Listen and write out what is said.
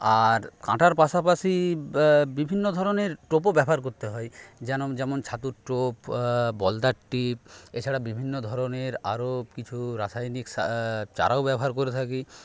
আর কাঁটার পাশাপাশি বিভিন্ন ধরনের টোপও ব্যবহার করতে হয় যেন যেমন ছাতুর টোপ বলদার টিপ এছাড়া বিভিন্ন ধরনের আরও কিছু রাসায়নিক সা চারাও ব্যবহার করে থাকি